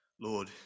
Lord